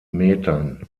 metern